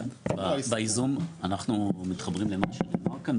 אנחנו מתחברים למה שנאמר כאן.